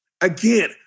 Again